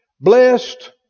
blessed